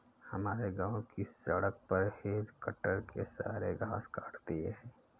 हमारे गांव की सड़क पर हेज कटर ने सारे घास काट दिए हैं